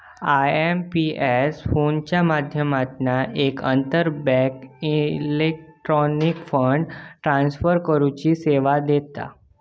IMPS फोनच्या माध्यमातना एक आंतरबँक इलेक्ट्रॉनिक फंड ट्रांसफर करुची सेवा देता